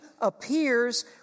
appears